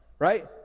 Right